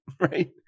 Right